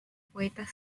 poetas